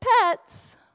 pets